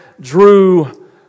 drew